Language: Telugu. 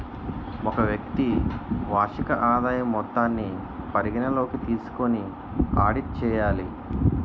ఒక వ్యక్తి వార్షిక ఆదాయం మొత్తాన్ని పరిగణలోకి తీసుకొని ఆడిట్ చేయాలి